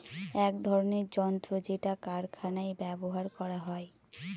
এক ধরনের যন্ত্র যেটা কারখানায় ব্যবহার করা হয়